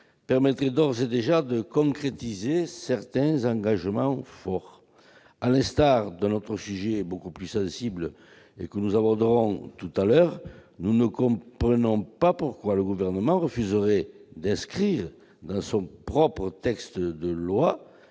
permettrait d'ores et déjà de concrétiser certains engagements forts. À l'instar d'un autre sujet beaucoup plus sensible que nous aborderons tout à l'heure, nous ne comprenons pas pourquoi le Gouvernement refuserait d'inscrire dans son projet de loi